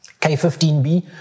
K15B